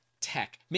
tech